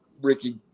Ricky